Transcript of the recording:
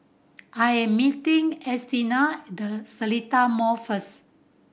I am meeting Ernestina at The Seletar Mall first